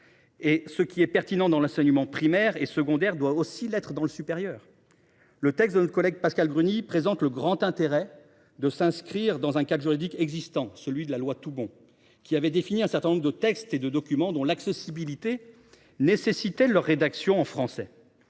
Et ce qui est pertinent dans l’enseignement primaire et secondaire doit aussi l’être dans le supérieur. Le texte de notre collègue Pascale Gruny présente le grand intérêt de s’inscrire dans un cadre juridique existant, celui de la loi Toubon, qui a défini un certain nombre de textes et de documents dont l’accessibilité nécessitait leur rédaction en français.